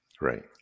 right